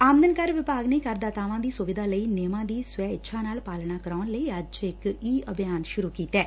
ਆਮਦਨ ਕਰ ਵਿਭਾਗ ਨੇ ਕਰਦਾਤਾਵਾਂ ਦੀ ਸੁਵਿਧਾ ਲਈ ਨਿਯਮਾਂ ਦੀ ਸਵੈ ਇੱਛਾ ਨਾਲ ਪਾਲਣਾ ਕਰਾਉਣ ਲਈ ਅੱਜ ਇਕ ਈ ਅਭਿਆਨ ਸ਼ੁਰੂ ਕੀਤੈ